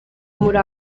muri